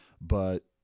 but-